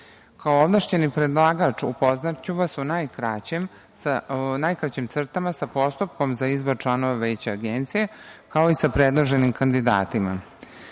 ovlašćeni predlagač, upoznaću vas u najkraćim crtama sa postupkom za izbor članova Veća Agencije, kao i sa predloženim kandidatima. Zakonom